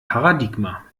paradigma